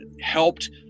helped